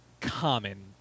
common